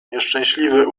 nieszczęśliwy